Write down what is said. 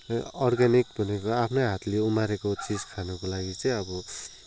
organic भनेको आफ्नै हातले उमारेको चिज खानुको लागि चाहिँ अब